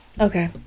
Okay